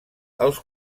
els